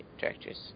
directors